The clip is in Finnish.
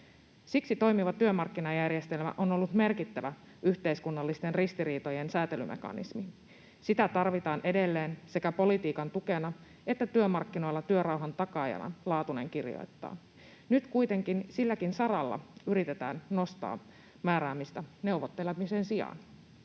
Siksi toimiva työmarkkinajärjestelmä on ollut merkittävä yhteiskunnallisten ristiriitojen säätelymekanismi. Sitä tarvitaan edelleen sekä politiikan tukena että työmarkkinoilla työrauhan takaajana, Laatunen kirjoittaa. Nyt kuitenkin silläkin saralla yritetään nostaa määräämistä neuvottelemisen sijaan.